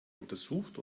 untersucht